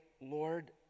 Lord